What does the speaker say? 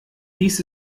dies